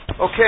Okay